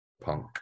punk